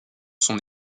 son